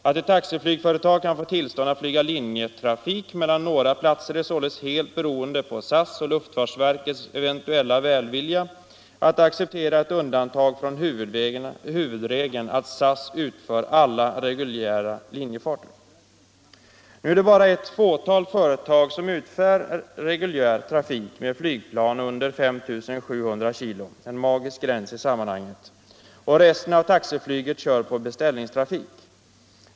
Att ett taxiflygföretag kan få tillstånd att flyga linjetrafik mellan några platser är således helt beroende på SAS och luftfartsverkets eventuella välvilja att acceptera ett undantag från huvudregeln att SAS utför all reguljär linjefart. Nu är det bara ett fåtal företag som utför reguljär trafik med flygplan under 5 700 kg — en magisk gräns i sammanhanget. Resten av taxiflyget kör på beställningstrafik.